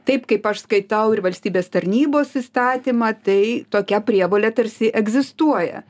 taip kaip aš skaitau ir valstybės tarnybos įstatymą tai tokia prievolė tarsi egzistuoja